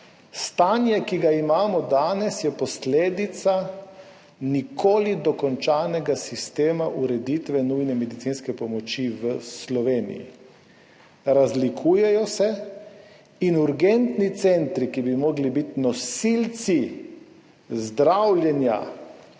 stanje, ki ga imamo danes, je posledica nikoli dokončanega sistema ureditve nujne medicinske pomoči v Sloveniji. Razlikujejo se. Urgentni centri, ki bi morali biti nosilci zdravljenja